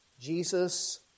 Jesus